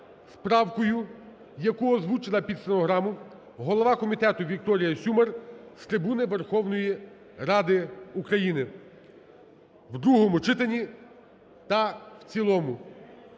правкою, яку озвучила під стенограму голова комітету Вікторія Сюмар з трибуни Верховної Ради України, в другому читанні та в цілому.